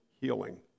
healing